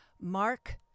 Mark